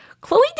Chloe